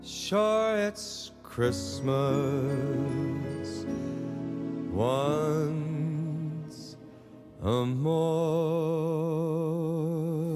šioje ats kas man a a